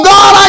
God